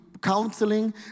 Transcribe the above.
counseling